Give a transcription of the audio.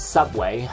Subway